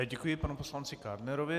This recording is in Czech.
Děkuji panu poslanci Kádnerovi.